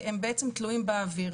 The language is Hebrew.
הם בעצם תלויים באוויר.